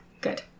Good